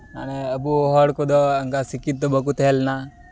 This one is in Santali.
ᱟᱵᱚ ᱦᱚᱲ ᱠᱚᱫᱚ ᱚᱱᱠᱟ ᱥᱤᱠᱠᱷᱤᱛᱤ ᱫᱚ ᱵᱟᱠᱚ ᱛᱟᱦᱮᱸ ᱞᱮᱱᱟ